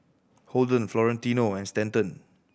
Holden Florentino and Stanton